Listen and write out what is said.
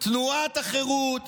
תנועת החרות